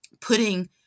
putting